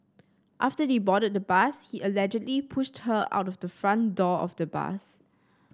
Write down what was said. after they boarded the bus he allegedly pushed her out of the front door of the bus